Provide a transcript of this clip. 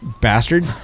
Bastard